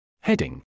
Heading